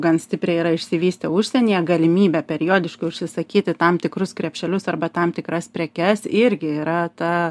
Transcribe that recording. gan stipriai yra išsivystę užsienyje galimybė periodiškai užsisakyti tam tikrus krepšelius arba tam tikras prekes irgi yra ta